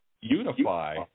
unify